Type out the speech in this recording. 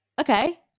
Okay